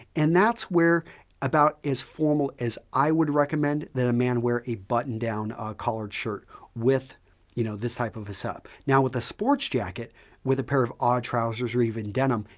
and that's where about as formal as i would recommend that a man wear a button-down collared shirt with you know this type of a setup. now, with a sports jacket with a pair of odd trousers or even denim,